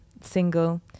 single